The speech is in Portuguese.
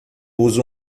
usa